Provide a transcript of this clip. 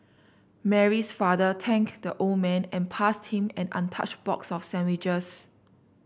Mary's father thanked the old man and passed him an untouched box of sandwiches